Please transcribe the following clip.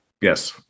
Yes